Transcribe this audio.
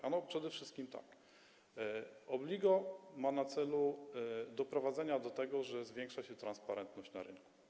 Ano przede wszystkim tak: obligo ma na celu doprowadzenie do tego, że zwiększa się transparentność na rynku.